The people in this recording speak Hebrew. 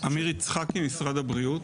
עמיר יצחקי, משרד הבריאות.